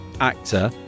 actor